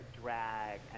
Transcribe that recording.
drag